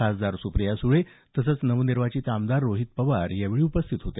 खासदार सुप्रिया सुळे तसंच नवनिर्वांचित आमदार रोहित पवार यावेळी उपस्थित होते